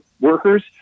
workers